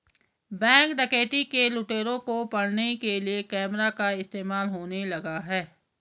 Bank डकैती के लुटेरों को पकड़ने के लिए कैमरा का इस्तेमाल होने लगा है?